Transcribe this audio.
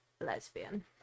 Lesbian